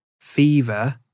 fever